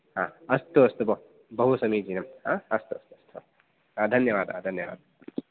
हा अस्तु अस्तु बो बहु समीचीनम् हा अस्तु हा धन्यवादः धन्यवादः